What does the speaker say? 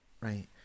Right